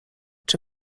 czy